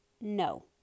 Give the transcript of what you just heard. No